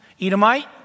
Edomite